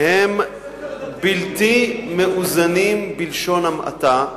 שהם בלתי מאוזנים, בלשון המעטה.